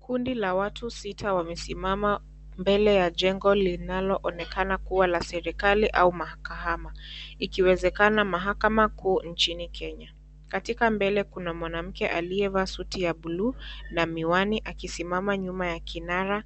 Kundi la watu sita wamesimama mbele ya jengo linaloonekana kuwa la serikali au mahakama, ikiwezekana mahakama kuu nchini Kenya, katika mbele kuna mwanamke alyevaa suti ya buluu na miwani akisimama nyuma ya kinara